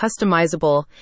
customizable